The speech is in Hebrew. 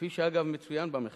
כפי שאגב מצוין במחקר.